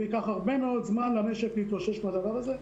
וייקח הרבה זמן למשק להתאושש מהדבר הזה.